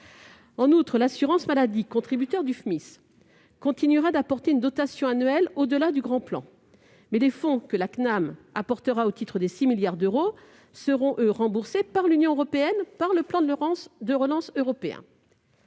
En outre, l'assurance maladie, contributeur du FMIS, continuera d'apporter une dotation annuelle au-delà du Grand plan, mais les fonds que la CNAM apportera, au titre des 6 milliards d'euros, seront, quant à eux, remboursés par l'Union européenne, à travers le plan de relance européen.